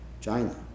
China